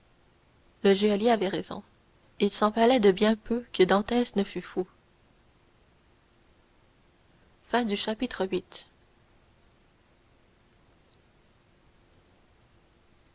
le geôlier avait raison il s'en fallait de bien peu que dantès ne fût fou